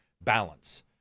balance